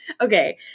Okay